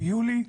ביולי,